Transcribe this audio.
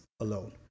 alone